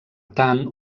tant